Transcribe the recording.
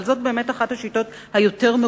אבל השיטה של פיטורים